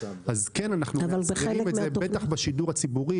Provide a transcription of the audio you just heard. אז אנחנו מחייבים את זה בטח בשידור הציבורי